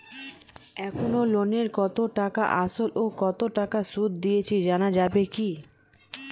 এখনো লোনের কত টাকা আসল ও কত টাকা সুদ দিয়েছি জানা যাবে কি?